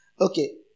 Okay